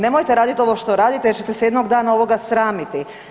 Nemojte raditi ovo što radite jer ćete se jednoga dana ovoga sramiti.